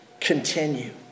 Continue